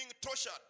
tortured